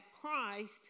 Christ